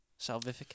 salvific